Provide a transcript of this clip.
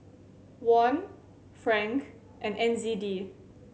Won Franc and N Z D